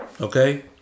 okay